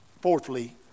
fourthly